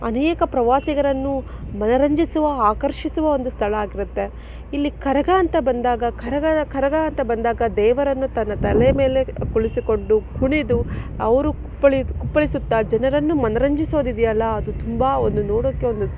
ಅನೇಕ ಪ್ರವಾಸಿಗರನ್ನು ಮನೋನರಂಜಿಸುವ ಆಕರ್ಷಿಸುವ ಒಂದು ಸ್ಥಳ ಆಗಿರತ್ತೆ ಇಲ್ಲಿ ಕರಗ ಅಂತ ಬಂದಾಗ ಕರಗ ಕರಗ ಅಂತ ಬಂದಾಗ ದೇವರನ್ನು ತನ್ನ ತಲೆಯ ಮೇಲೆ ಕುಳಿಸಿಕೊಂಡು ಕುಣಿದು ಅವರು ಕುಪ್ಪಳಿ ಕುಪ್ಪಳಿಸುತ್ತ ಜನರನ್ನು ಮನೋರಂಜಿಸೋದು ಇದೆಯಲ್ಲ ಅದು ತುಂಬ ಒಂದು ನೋಡೋಕ್ಕೆ ಒಂದು